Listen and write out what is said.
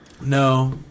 No